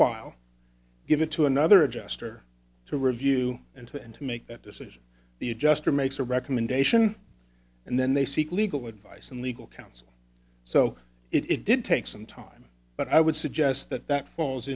file give it to another adjuster to review and to and to make that decision the adjuster makes a recommendation and then they seek legal advice and legal counsel so it did take some time but i would suggest that that falls